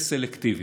וסלקטיביות"